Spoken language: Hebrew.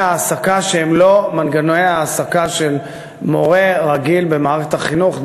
העסקה שהם לא מנגנוני העסקה של מורה רגיל במערכת החינוך,